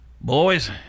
boys